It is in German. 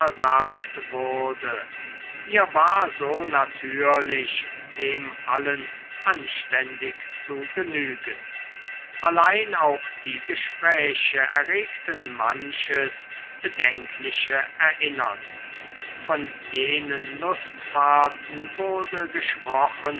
wurde ihr war so natürlich dem allen anständig zu genügen allein auch die gespräche erregten manches bedenkliche erinnern von jenen lustfahrten wurde gesprochen